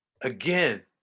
again